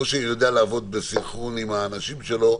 ראש עיר יודע לעבוד בסנכרון עם האנשים שלו,